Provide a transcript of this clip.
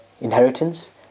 inheritance